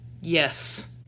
Yes